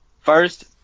first